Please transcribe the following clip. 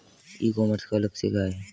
ई commerce का लक्ष्य क्या है?